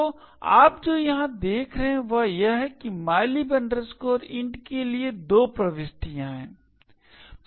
तो आप जो यहां देख रहे हैं वह यह है कि mylib int के लिए दो प्रविष्टियां हैं